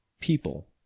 people